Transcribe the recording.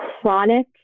chronic